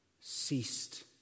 ceased